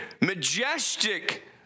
majestic